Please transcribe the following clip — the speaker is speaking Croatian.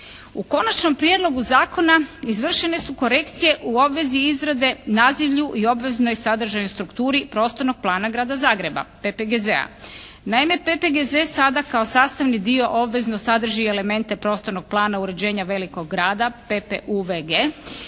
U konačnom prijedlogu zakona izvršene su korekcije u obvezi izrade, nazivlju i obveznoj sadržaju, strukturi prostornog plana Grada Zagreba, PPGZ-a. Naime, PPGZ sada kao sastavni dio obvezno sadrži i elemente prostornog plana uređenja velikog grada POUVG,